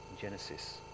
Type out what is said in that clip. Genesis